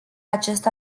acest